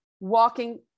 walking